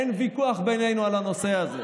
אין בינינו ויכוח על הנושא הזה.